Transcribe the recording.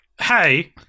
hey